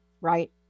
right